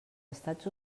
estats